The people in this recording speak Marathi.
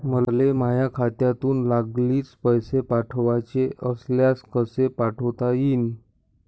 मले माह्या खात्यातून लागलीच पैसे पाठवाचे असल्यास कसे पाठोता यीन?